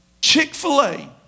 Chick-fil-A